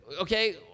okay